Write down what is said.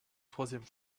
troisième